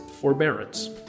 forbearance